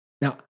Now